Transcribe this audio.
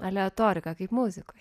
aleatorika kaip muzikoje